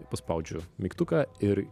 ir paspaudžiu mygtuką ir